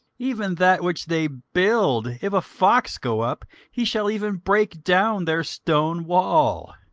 even that which they build, if a fox go up, he shall even break down their stone wall.